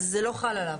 לא הפרה דווקא.